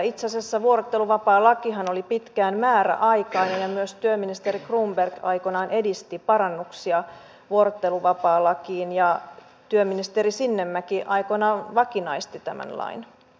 itse asiassa vuorotteluvapaalakihan oli pitkään määräaikainen ja myös työministeri cronberg aikoinaan edisti parannuksia vuorotteluvapaalakiin ja työministeri sinnemäki aikoinaan vakinaisti tämän lain